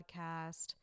podcast